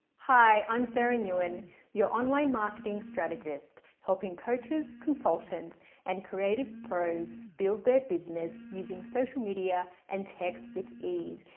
hi, i am sara nguyen your online marketing strategist helping coaches, consultants and creative pros build their business using social media and tech with ease.